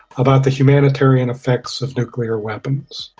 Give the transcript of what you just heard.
about the humanitarian effects of nuclear weapons,